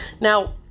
Now